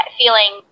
feeling